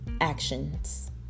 actions